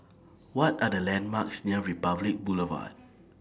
What Are The landmarks near Republic Boulevard